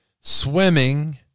swimming